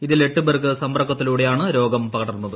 ഇതിൽ ഏറ്ട് ഫേർക്ക് സമ്പർക്കത്തിലൂടെയാണ് രോഗം പകർന്നത്